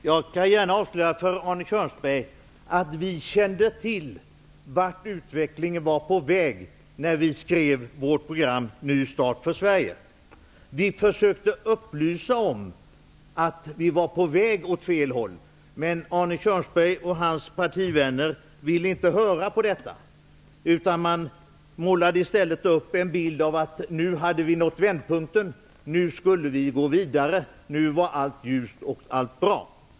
Herr talman! Jag kan avslöja för Arne Kjörnsberg att vi kände till vart utvecklingen var på väg, när vi skrev vårt program Ny start för Sverige. Vi försökte att upplysa om att Sverige var på väg åt fel håll, men Arne Kjörnsberg och hans partivänner ville inte höra på detta. I stället målade man upp en bild av att vi nu hade nått vändpunkten, att vi skulle gå vidare och att allt var ljust och bra.